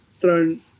thrown